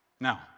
Now